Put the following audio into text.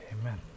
Amen